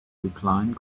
reclined